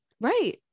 Right